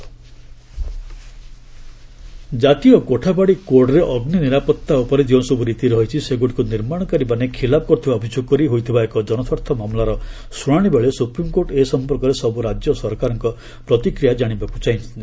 SC safety norms ଜାତୀୟ କୋଠାବାଡ଼ି କୋଡ଼ରେ ଅଗ୍ରି ନିରାପତ୍ତା ଉପରେ ଯେଉଁସବୁ ରୀତି ରହିଛି ସେଗୁଡ଼ିକୁ ନିର୍ମାଣକାରୀମାନେ ଖିଲାଫ କରୁଥିବା ଅଭିଯୋଗ କରି ହୋଇଥିବା ଏକ ଜନସ୍ୱାର୍ଥ ମାମଲାର ଶୁଣାଣିବେଳେ ସୁପ୍ରିମ୍କୋର୍ଟ ଏ ସମ୍ପର୍କରେ ସବୁ ରାଜ୍ୟ ସରକାରଙ୍କ ପ୍ରତିକ୍ରିୟା ଜାଣିବାକୁ ଚାହିଁଛନ୍ତି